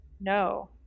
no